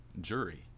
jury